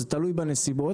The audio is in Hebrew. זה ברור בנסיבות.